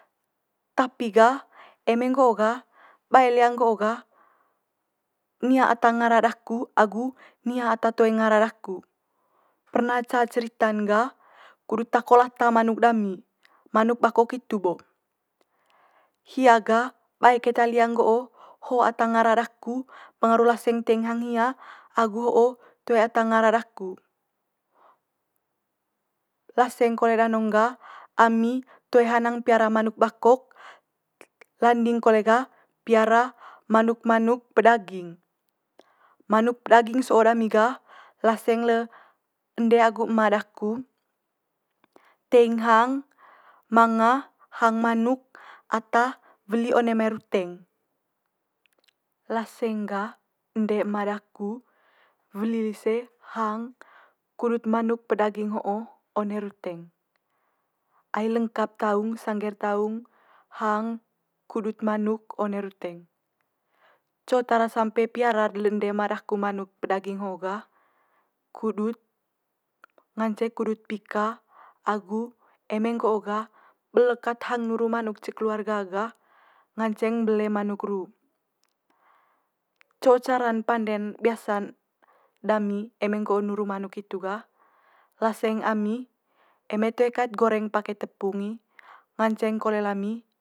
Tapi ga eme nggo'o ga bae lia nggo'o ga nia ata ngara daku agu nia ata toe ngara daku. perna ca cerita'n ga kudut tako lata manuk dami manuk bakok hitu bo. Hia gah bae keta lia nggo'o ho ata ngara daku pengaru laseng teing hang hia agu ho'o toe ata ngara daku. Laseng kole danong ga ami toe hanang piara manuk bakok, landing kole ga piara manuk manuk pedaging. Manuk pedaging so'o dami ga laseng le ende agu ema daku teing hang manga hang manuk ata weli one mai ruteng. Laseng ga ende ema daku weli lise hang kudut manuk pedaging ho'o one ruteng. Ai lengkap taung sangge'r taung hang kudut manuk one ruteng. Co'o tara sampe piara le ende ema daku manuk pedaging ho'o ga kudut ngance kudut pika agu eme nggo'o ga belek ket hang nuru manuk ca keluarga ga, nganceng mbele manuk ru. Co cara'n pande'n biasa'n dami eme nggo'o nuru manuk hitu ga laseng ami eme toe kat goreng pake tepung i, nganceng kole lami.